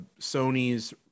Sony's